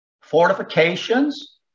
fortifications